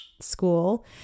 school